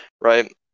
right